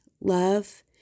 love